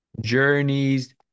journeys